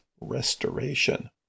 restoration